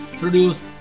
produced